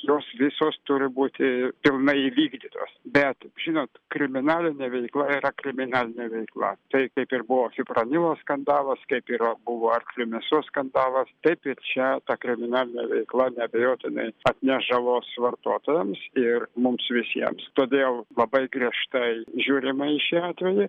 jos visos turi būti pilnai įvykdytos bet žinot kriminalinė veikla yra kriminalinė veikla tai kaip ir buvo fipronilo skandalas kaip ir va buvo arklio mėsos skandalas taip ir čia ta kriminalinė veikla neabejotinai atneš žalos vartotojams ir mums visiems todėl labai griežtai žiūrima į šį atvejį